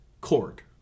cord